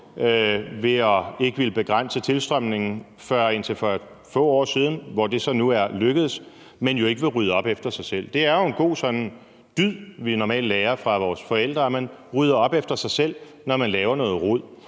ved ikke at ville begrænse tilstrømningen før indtil for få år siden, hvor det så nu er lykkedes, men hvor man ikke vil rydde op efter sig selv. Det er jo en god dyd, vi normalt lærer fra vores forældre, at man rydder op efter sig selv, når man laver noget rod,